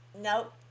Nope